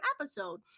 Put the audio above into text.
episode